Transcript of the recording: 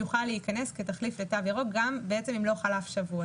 יוכל להיכנס כתחליף לתו ירוק גם אם לא חלף שבוע.